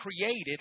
created